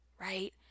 Right